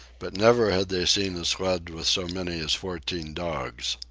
but never had they seen a sled with so many as fourteen dogs.